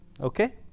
Okay